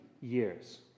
years